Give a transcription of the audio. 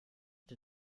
der